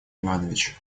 иванович